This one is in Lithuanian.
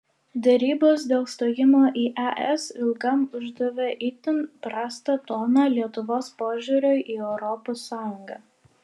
derybos dėl stojimo į es ilgam uždavė itin prastą toną lietuvos požiūriui į europos sąjungą